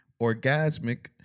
orgasmic